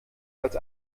als